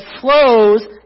flows